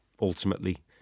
ultimately